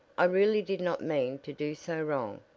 i really did not mean to do so wrong.